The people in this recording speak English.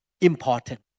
important